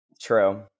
True